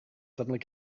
suddenly